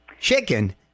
Chicken